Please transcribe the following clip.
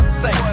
say